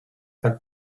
but